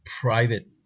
private